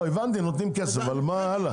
לא, הבנתי, נותנים כסף, אבל מה הלאה?